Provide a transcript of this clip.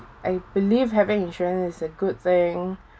I believe having insurance is a good thing